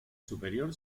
superior